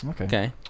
Okay